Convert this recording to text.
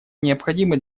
необходимы